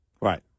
Right